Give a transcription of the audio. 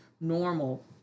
normal